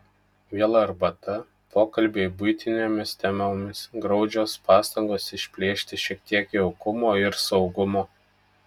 vėl arbata pokalbiai buitinėmis temomis graudžios pastangos išplėšti šiek tiek jaukumo ir saugumo